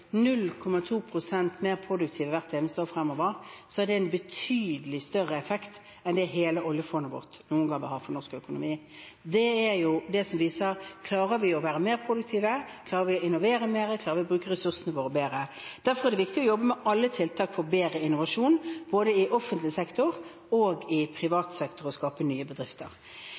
mer produktive hvert eneste år fremover, så har det en betydelig større effekt enn det hele oljefondet vårt noen gang vil ha for norsk økonomi. Det er jo det som viser at klarer vi å være mer produktive, og klarer vi å innovere mer, da klarer vi å bruke ressursene våre bedre. Derfor er det viktig å jobbe med alle tiltak for å få bedre innovasjon, både i offentlig sektor og i privat sektor – og skape nye bedrifter.